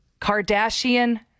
Kardashian-